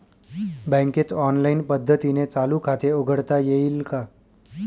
बँकेत ऑनलाईन पद्धतीने चालू खाते उघडता येईल का?